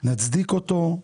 נצדיק אותו,